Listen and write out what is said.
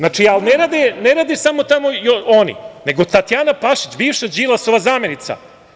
Ne rade tamo samo oni, nego i Tatjana Pašić, bivša Đilasova zamenica.